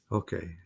okay